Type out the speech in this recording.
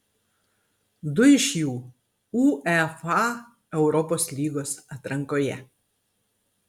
du iš jų uefa europos lygos atrankoje